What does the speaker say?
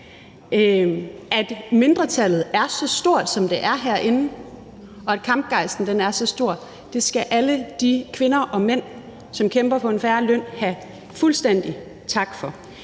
at mindretallet er så stort, som det er herinde, og at kampgejsten er så stor, skal alle de kvinder og mænd, som kæmper for en fair løn have fuldstændig tak for.